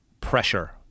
pressure